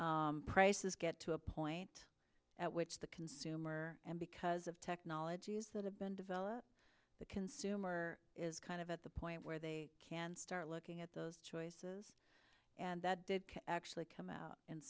that prices get to a point at which the consumer and because of technologies that have been developed the consumer is kind of at the point where they can start looking at those choices and that did actually come out